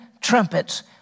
trumpets